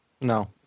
No